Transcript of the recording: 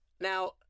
Now